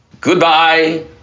goodbye